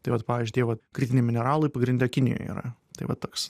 tai vat pavyzdžiui tie vat kritiniai mineralai pagrinde kinijoj yra tai va toks